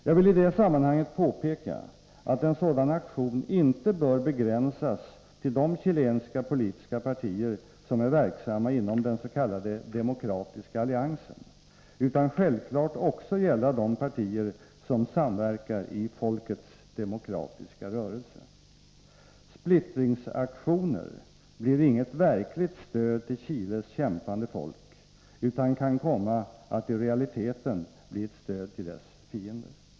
Jag vill i det sammanhanget påpeka att en sådan aktion inte bör begränsas till de chilenska partier som är verksamma inom den s.k. Demokratiska alliansen, utan självfallet också gälla de partier som samverkar i Folkets demokratiska rörelse. Splittringsaktioner blir inget verkligt stöd till Chiles kämpande folk, utan kan komma att i realiteten bli ett stöd till dess fiender.